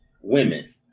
women